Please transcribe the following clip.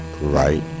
right